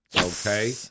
Okay